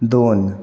दोन